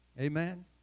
Amen